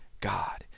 God